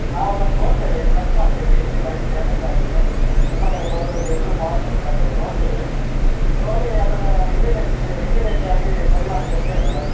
ನಾವು ಅದನ್ನು ನೋಡ್ತೇವೆ ಎಲ್ಲಿ ಚಕ್ ಮಾಡ್ತೇವೆ ಎಲ್ಲಿ ಪೈಪು ಡ್ಯಾಮೇಜ್ ಆಗಿದೆ ನಿಮ್ಮ ಕಡೆ ಬರುದಗೆ ಎಲ್ಲಿ ಫಾಲ್ಟ್ ಉಂಟು ಅಂತೇಳಿ ನೋಡ್ತೇವೆ ನೋಡಿ ಅದನ್ನ ಇಮಿಡೆಟ್ಲಿ ಇಮಿಡೇಟ್ ಆಗಿ ಸರಿ ಮಾಡಿ ಕೊಡ್ತೇವೆ ಮೇಡಮ್